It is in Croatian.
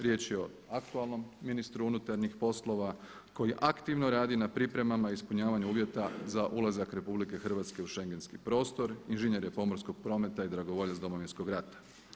Riječ je o aktualnom ministru unutarnjih poslova koji aktivno radi na pripremama i ispunjavanju uvjeta za ulazak RH u schengenski prostor, inženjer je pomorskog prometa i dragovoljac Domovinskog rata.